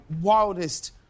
wildest